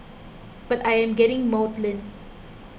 but I am getting maudlin